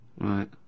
Right